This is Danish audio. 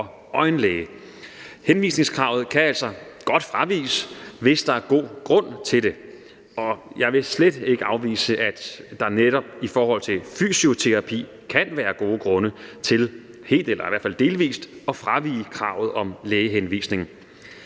og øjenlæge. Henvisningskravet kan altså godt fraviges, hvis der er god grund til det, og jeg vil slet ikke afvise, at der netop i forhold til fysioterapi kan være gode grunde til helt eller i hvert fald delvist at fravige kravet om lægehenvisning.